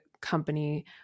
company